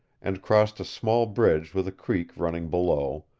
and crossed a small bridge with a creek running below,